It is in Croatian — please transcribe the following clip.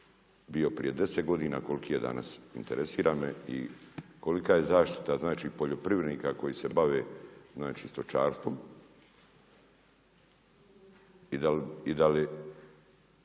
bio prije 10 godina a koliki je danas? Interesira me i kolika je zaštita znači poljoprivrednika koji se bave znači stočarstvom i da li